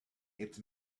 its